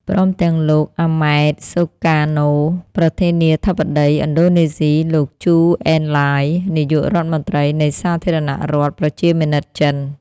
ព្រមទាំង លោក អាម៉េត ស៊ូការណូ ប្រធានាធិបតីឥណ្ឌូណេស៊ី លោក ជូ អេនឡាយ នាយករដ្ឋមន្រ្តីនៃសាធារណរដ្ឋប្រជាមានិតចិន។